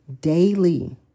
daily